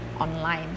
online